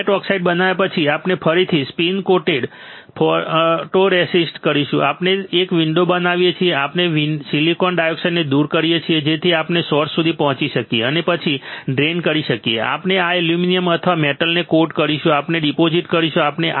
હવે gate oxide બનાવ્યા પછી આપણે ફરીથી સ્પિન કોટ ફોટોરેસિસ્ટ કરીશું આપણે એક વિન્ડો બનાવીએ છીએ આપણે સિલિકોન ડાયોક્સાઇડને દૂર કરીએ છીએ જેથી આપણે સોર્સ સુધી પહોંચી શકીએ અને પછી ડ્રેઇન કરી શકીએ પછી આપણે એલ્યુમિનિયમ અથવા મેટલને કોટ કરીશું આપણે ડિપોઝિટ કરીશું